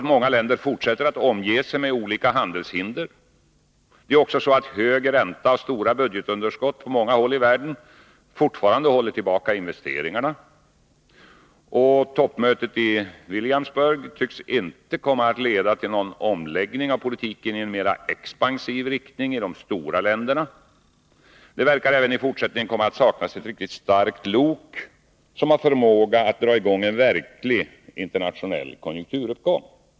Många länder fortsätter att omge sig med olika handelshinder. Hög ränta och stora budgetunderskott på många håll i världen håller fortfarande tillbaka investeringarna. Toppmötet i Williamsburg tycks inte komma att leda till någon omläggning av politiken i de stora länderna i mera expansiv riktning. Det verkar även i fortsättningen komma att saknas ett riktigt starkt ”lok” med förmåga att dra i gång en verklig internationell konjunkturuppgång.